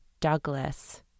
Douglas